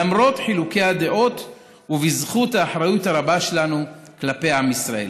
למרות חילוקי הדעות ובזכות האחריות הרבה שלנו כלפי עם ישראל.